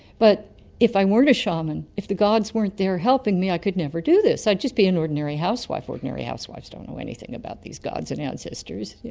but if i weren't a shaman, if the gods weren't there helping me i could never do this, i'd just be an ordinary housewife. ordinary housewives don't know anything about these gods and ancestors. yeah